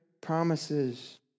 promises